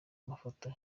amafoto